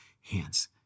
hands